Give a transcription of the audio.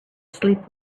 sleep